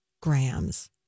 grams